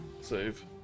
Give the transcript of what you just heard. save